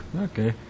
Okay